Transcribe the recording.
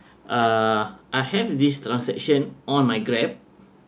uh I have this transaction on my grab